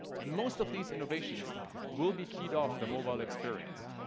and most of these innovations will be keyed off the mobile experience.